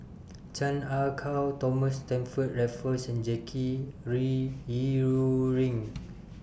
Chan Ah Kow Thomas Stamford Raffles and Jackie re Yi Ru Ying